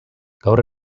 gaur